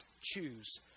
choose